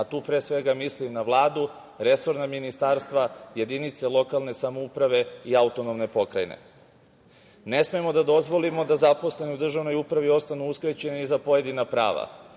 a tu pre svega mislim na Vladu, resorna ministarstva, jedinice lokalne samouprave i autonomne pokrajine. Ne smemo da dozvolimo da zaposleni u državnoj upravi ostanu uskraćeni za pojedina prava